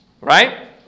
Right